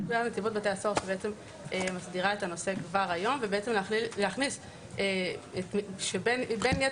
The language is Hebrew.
שבעצם מסדירה את הנושא כבר היום ובעצם להכניס שבין יתר